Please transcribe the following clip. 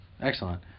excellent